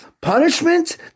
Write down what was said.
Punishment